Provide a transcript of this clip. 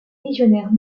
légionnaires